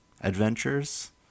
adventures